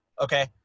Okay